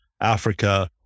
Africa